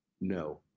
no